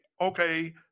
okay